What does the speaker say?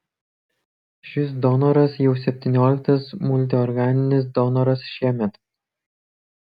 šis donoras jau septynioliktas multiorganinis donoras šiemet